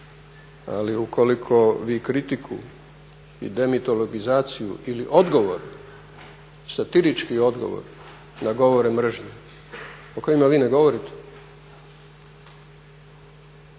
Ali ukoliko vi kritiku i demitologizaciju ili odgovor satirički odgovor na govore mržnje o kojima vi ne govorite,